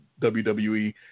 WWE